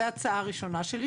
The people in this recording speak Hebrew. זאת הצעה ראשונה שלי.